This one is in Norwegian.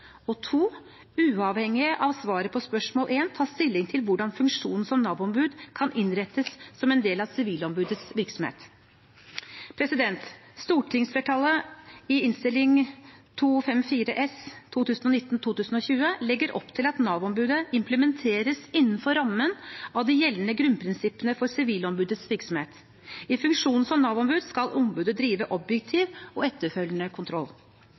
av svaret på det første spørsmålet ta stilling til hvordan funksjonen som Nav-ombud kan innrettes som en del av Sivilombudets virksomhet Stortingsflertallet legger i Innst. 254 S for 2019–2020 opp til at Nav-ombudet implementeres innenfor rammen av de gjeldende grunnprinsippene for Sivilombudets virksomhet. I funksjonen som Nav-ombud skal ombudet drive objektiv og etterfølgende kontroll.